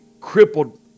crippled